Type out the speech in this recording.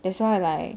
that's why like